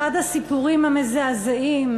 אחד הסיפורים המזעזעים,